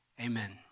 amen